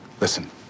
Listen